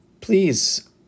please